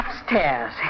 upstairs